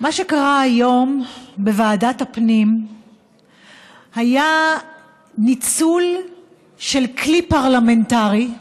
מה שקרה היום בוועדת הפנים היה ניצול של כלי פרלמנטרי,